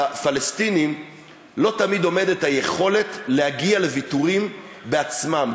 לפלסטינים לא תמיד עומדת היכולת להגיע לוויתורים בעצמם,